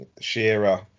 Shearer